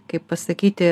kaip pasakyti